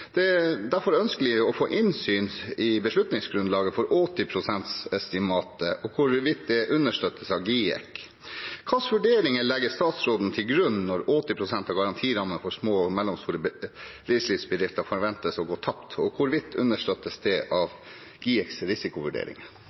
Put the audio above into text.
Det er derfor ønskelig å få innsyn i beslutningsgrunnlaget for 80 pst.-estimatet og hvorvidt det understøttes av GIEK. Hvilke vurderinger legger statsråden til grunn når 80 pst. av garantirammen for små og mellomstore reiselivsbedrifter forventes å gå tapt, og understøttes det av GIEKs risikovurderinger?